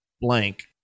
blank